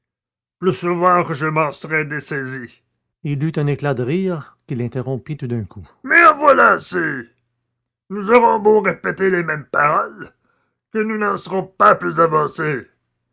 plus souvent que je m'en serais dessaisi il eut un éclat de rire qu'il interrompit tout d'un coup mais en voilà assez nous aurons beau répéter les mêmes paroles que nous n'en serons pas plus avancés